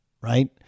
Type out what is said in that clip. right